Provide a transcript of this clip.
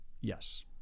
Yes